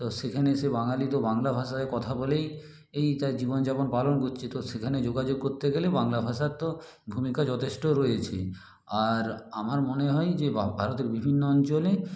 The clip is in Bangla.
তো সেখানে সে বাঙালি তো বাংলা ভাষায় কথা বলেই এই তার জীবনযাপন পালন করছে তো সেখানে যোগাযোগ করতে গেলে বাংলা ভাষার তো ভূমিকা যথেষ্ট রয়েছেই আর আমার মনে হয় যে ভারতের বিভিন্ন অঞ্চলে